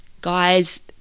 guys